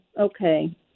okay